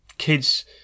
Kids